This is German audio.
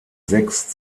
sechs